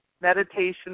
meditation